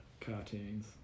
Cartoons